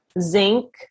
zinc